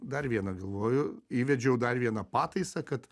dar vieną galvoju įvedžiau dar vieną pataisą kad